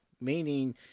meaning